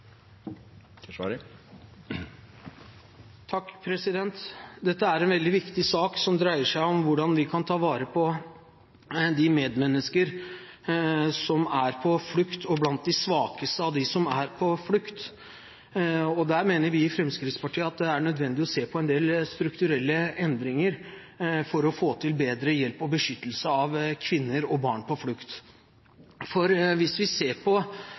en veldig viktig sak som dreier seg om hvordan vi kan ta vare på medmennesker som er på flukt, og på de svakeste blant dem. Vi i Fremskrittspartiet mener at det er nødvendig å se på en del strukturelle endringer for å få til bedre hjelp for og beskyttelse av kvinner og barn på flukt. Hvis vi ser på